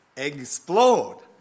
explode